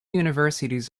universities